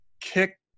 kick